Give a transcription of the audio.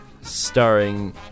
starring